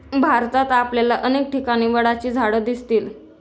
भारतात आपल्याला अनेक ठिकाणी वडाची झाडं दिसतील